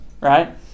right